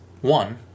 One